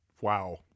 Wow